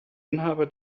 inhaber